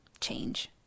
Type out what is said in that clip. change